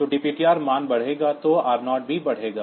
तो dptr मान बढ़ेगा तो r 0 भी बढ़ेगा